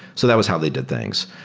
so that was how they did things.